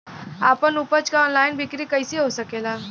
आपन उपज क ऑनलाइन बिक्री कइसे हो सकेला?